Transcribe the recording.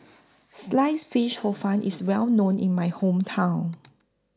Sliced Fish Hor Fun IS Well known in My Hometown